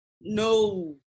no